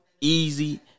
easy